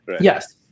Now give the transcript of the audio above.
Yes